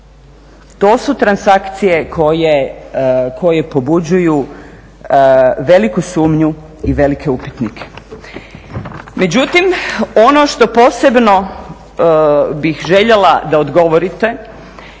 to su transakcije koje pobuđuju veliku sumnju i velike upitnike. Međutim, ono što posebno bih željela da odgovorite